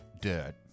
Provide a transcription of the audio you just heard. dirt